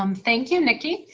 um thank you nikki.